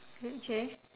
with J